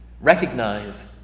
Recognize